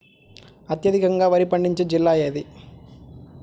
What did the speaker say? అత్యధికంగా వరి పండించే జిల్లా ఏది?